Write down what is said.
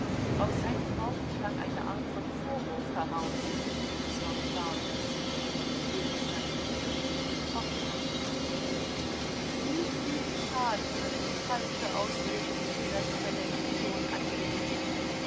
aus seinen worten klang eine art von vorwurf heraus und es war klar daß sie über diesen gegenstand schon wiederholt gesprochen hatten wieviel schaden hat die falsche auslegung dieser stelle nicht schon angerichtet